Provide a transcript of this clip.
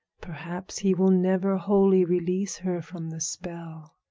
perhaps he will never wholly release her from the spell.